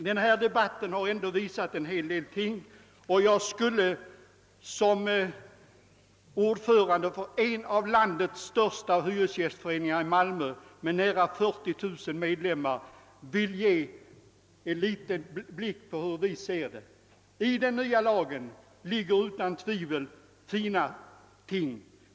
Debatten som förts här har visat en del ställningstaganden. Jag skulle i egenskap av ordförande för en av landets största hyresgästföreningar, nämligen föreningen i Malmö med nära 40 000 medlemmar, vilja lämna en kort översikt över hur vi ser på frågan. I den nya lagen finns det otvivelaktigt fina ting.